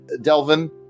Delvin